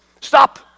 stop